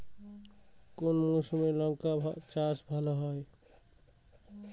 কোন মরশুমে লঙ্কা চাষ ভালো হয়?